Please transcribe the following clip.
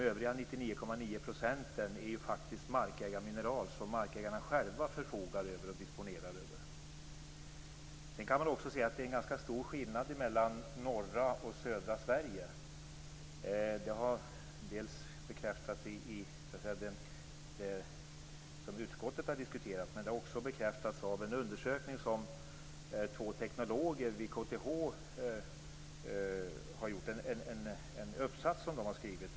Övriga 99,9 % är ju faktiskt markägarmineral som markägarna själva förfogar och disponerar över. Sedan kan man också se att det är en ganska stor skillnad mellan norra och södra Sverige. Det har bekräftats när utskottet har diskuterat detta. Men det har också bekräftats av en undersökning som två teknologer vid KTH har gjort i den uppsats som de har skrivit.